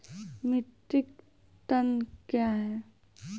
Metric tonne कया हैं?